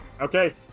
Okay